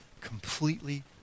completely